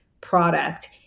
product